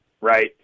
right